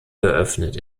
geöffnet